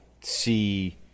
see